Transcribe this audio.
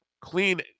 clean